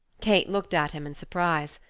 kate looked at him in surprise.